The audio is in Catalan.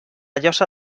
llosa